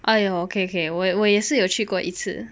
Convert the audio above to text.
!aiyo! okay okay 我也我也是有去过一次